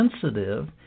sensitive